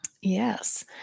Yes